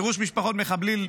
גירוש משפחות מחבלים,